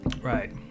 Right